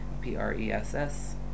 p-r-e-s-s